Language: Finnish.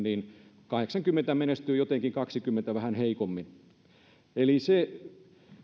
niin että kahdeksankymmentä menestyy jotenkin kahdenkymmenen vähän heikommin